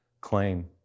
claim